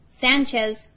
Sanchez